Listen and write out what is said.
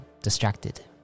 distracted